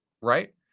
right